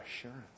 assurance